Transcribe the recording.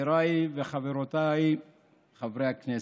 חבריי וחברותיי חברי הכנסת,